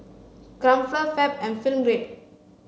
Crumpler Fab and Film Grade